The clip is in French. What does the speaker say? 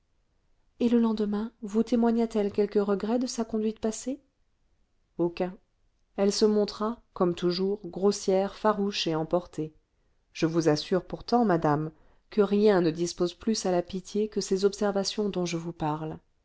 et le lendemain vous témoigna t elle quelque regret de sa conduite passée aucun elle se montra comme toujours grossière farouche et emportée je vous assure pourtant madame que rien ne dispose plus à la pitié que ces observations dont je vous parle